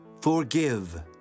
forgive